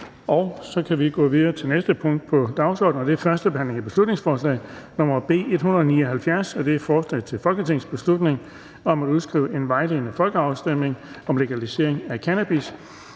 er vedtaget. --- Det næste punkt på dagsordenen er: 16) 1. behandling af beslutningsforslag nr. B 179: Forslag til folketingsbeslutning om at udskrive en vejledende folkeafstemning om legalisering af cannabis.